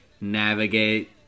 navigate